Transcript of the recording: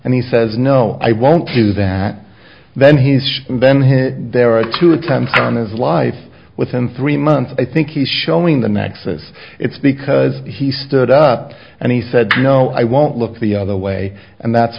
and he says no i won't do that then he's then his there are two attempts on his life within three months i think he's showing the nexus it's because he stood up and he said no i won't look the other way and that's